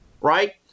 right